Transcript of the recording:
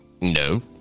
No